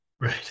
Right